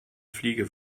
fliege